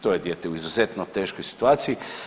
To je dijete u izuzetno teškoj situaciji.